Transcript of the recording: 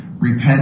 Repent